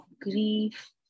grief